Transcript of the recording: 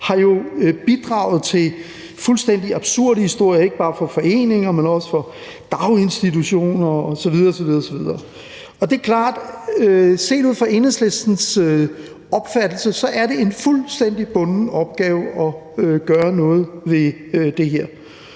har jo bidraget til fuldstændig absurde historier. Det er ikke bare fra foreninger, men også fra daginstitutioner osv. osv. Det er klart, at efter Enhedslistens opfattelse er det en fuldstændig bunden opgave at gøre noget ved det her.